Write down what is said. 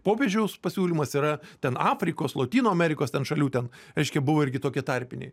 popiežiaus pasiūlymas yra ten afrikos lotynų amerikos ten šalių ten reiškia buvo irgi tokie tarpiniai